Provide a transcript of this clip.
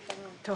כן, הרבה יותר.